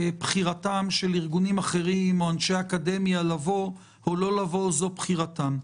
בחירתם של ארגונים אחרים או אנשי אקדמיה לבוא או לא לבוא היא בחירתם,